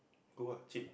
go lah cheap